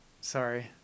Sorry